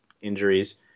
injuries